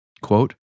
Quote